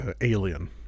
alien